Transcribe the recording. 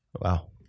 Wow